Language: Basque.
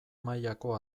mailako